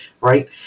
right